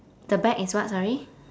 the back is what sorry